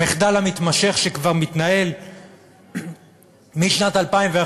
המחדל המתמשך שכבר מתנהל משנת 2011,